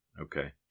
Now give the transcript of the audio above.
okay